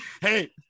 hey